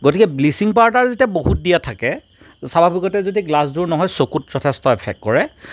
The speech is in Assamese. গতিকে ব্লিছিং পাউদাৰ যেতিয়া বহুত দিয়া থাকে স্বাভাৱিকতে যদি গ্লাছযোৰ নহয় চকুত যথেষ্ট এফেক্ট কৰে